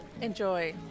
Enjoy